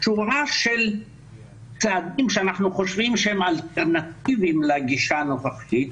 שורה של צעדים שאנחנו חושבים שהם אלטרנטיביים לגישה הנוכחית,